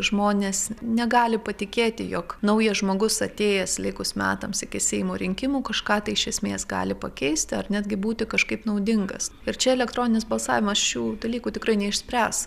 žmonės negali patikėti jog naujas žmogus atėjęs likus metams iki seimo rinkimų kažką tai iš esmės gali pakeisti ar netgi būti kažkaip naudingas ir čia elektroninis balsavimas šių dalykų tikrai neišspręs